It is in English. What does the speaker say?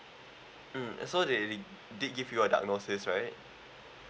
mm so they did give you a diagnosis right